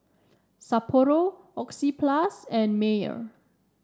Sapporo Oxyplus and Mayer